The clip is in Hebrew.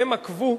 והם עקבו,